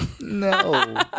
no